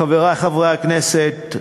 חברי חברי הכנסת,